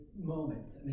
moment